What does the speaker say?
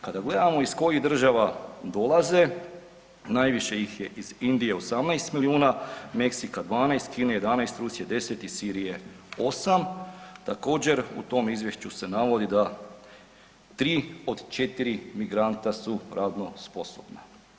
Kada gledamo iz kojih država dolaze, najviše ih je iz Indije 18 milijuna, Meksika 12, Kine 11, Rusije 10, iz Sirije 8. Također u tom izvješću se navodi da 3 do 4 migranta su radno sposobna.